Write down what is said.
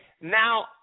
now